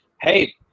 hey